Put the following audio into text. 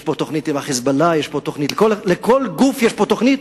יש תוכנית ל"חיזבאללה" לכל גוף יש פה תוכנית,